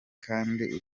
kandi